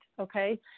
Okay